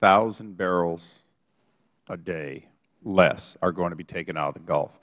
thousand barrels a day less are going to be taken out of the gulf